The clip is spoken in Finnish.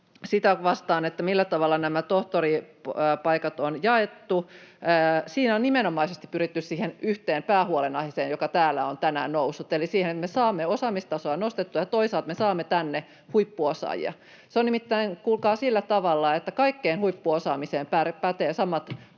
sitä vastaan, millä tavalla nämä tohtoripaikat on jaettu. Siinä on nimenomaisesti pyritty vastaamaan siihen yhteen päähuolenaiheeseen, joka täällä on tänään noussut, eli siihen, että me saamme osaamistasoa nostettua ja toisaalta saamme tänne huippuosaajia. Se on nimittäin kuulkaa sillä tavalla, että kaikkeen huippuosaamiseen ja